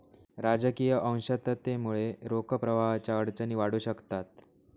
राजकीय अशांततेमुळे रोख प्रवाहाच्या अडचणी वाढू शकतात